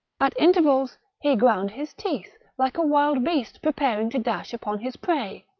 at intervals he ground his teeth like a wild beast preparing to dash upon his prey,